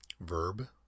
Verb